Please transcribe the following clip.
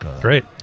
Great